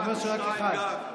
של הליכוד, אחד או שניים גג.